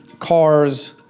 cars,